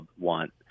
want